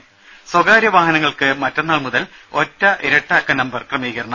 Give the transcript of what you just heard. ത സ്വകാര്യ വാഹനങ്ങൾക്ക് മറ്റന്നാൾ മുതൽ ഒറ്റ ഇരട്ട അക്ക നമ്പർ ക്രമീകരണം